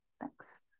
thanks